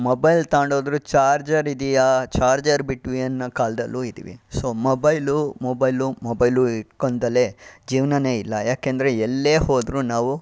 mobile ತಗೊಂಡು ಹೋದರೂ charger ಇದೆಯ ಚಾರ್ಜರ್ ಬಿಟ್ಟು ಅನ್ನೋ ಕಾಲದಲ್ಲು ಇದ್ದೀವಿ ಸೊ ಮೊಬೈಲು ಮೊಬೈಲು ಮೊಬೈಲು ಹಿಡಿಕೊಳ್ದಲೇ ಜೀವನನೇ ಇಲ್ಲ ಏಕೆಂದರೆ ಎಲ್ಲೇ ಹೋದರು ನಾವು